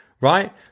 Right